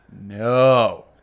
no